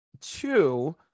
two